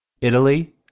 Italy